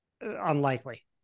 unlikely